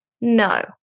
No